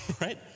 right